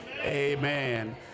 amen